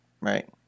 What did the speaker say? right